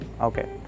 okay